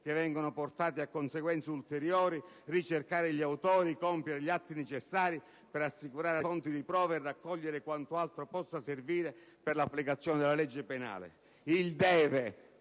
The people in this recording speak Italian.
che vengano portati a conseguenze ulteriori, ricercare gli autori, compiere gli atti necessari per assicurare le fonti di prova e raccogliere quanto altro possa servire per l'applicazione della legge penale»). Il «deve»,